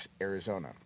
Arizona